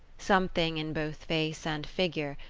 something in both face and figure,